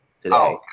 today